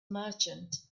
merchant